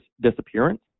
disappearance